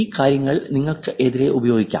ഈ കാര്യങ്ങൾ നിങ്ങൾക്ക് എതിരെ ഉപയോഗിക്കാം